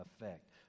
effect